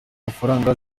amafaranga